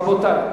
רבותי.